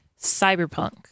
Cyberpunk